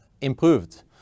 improved